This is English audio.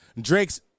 Drake's